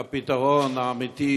שהפתרון האמיתי,